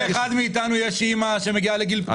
לכל אחד מאתנו יש אימא שמגיעה לגיל פרישה.